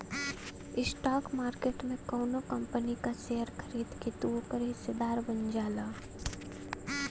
stock market में कउनो company क शेयर खरीद के तू ओकर हिस्सेदार बन जाला